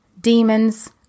demons